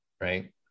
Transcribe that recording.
right